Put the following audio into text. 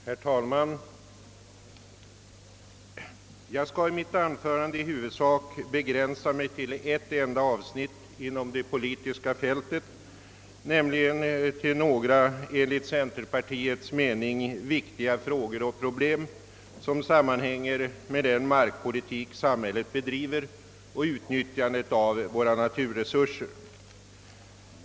Herr talman! Jag skall i mitt anförande i huvudsak begränsa mig till ett enda avsnitt av det politiska fältet, nämligen till några enligt centerpartiets mening viktiga problem som sammanhänger med den markpolitik samhället bedriver och utnyttjandet av våra naturresurser.